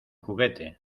juguete